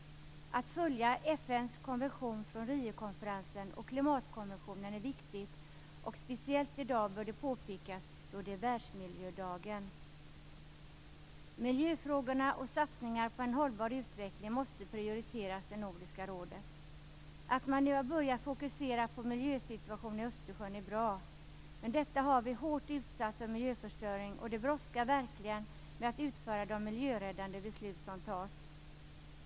Att följa FN:s konvention från Riokonferensen och klimatkonventionen är viktigt. Detta bör påpekas speciellt i dag, då det är världsmiljödagen. Miljöfrågorna och satsningar på en hållbar utveckling måste prioriteras i Nordiska rådet. Att man nu har börjat fokusera miljösituationen i Östersjön är bra. Detta hav är hårt utsatt av miljöförstöring, och det brådskar verkligen med att utföra de miljöräddande beslut som fattas.